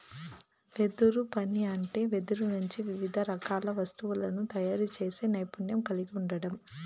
వెదురు పని అంటే వెదురు నుంచి వివిధ రకాల వస్తువులను తయారు చేసే నైపుణ్యం కలిగి ఉండడం